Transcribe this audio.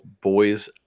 boys